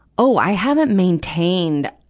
oh, i haven't maintained,